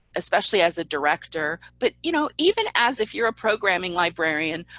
especially as a director, but you know, even as if you're a programming librarian,